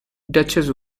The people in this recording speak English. duchess